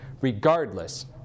Regardless